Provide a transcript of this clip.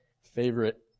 favorite